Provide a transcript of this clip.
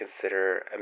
consider